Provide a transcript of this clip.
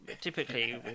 typically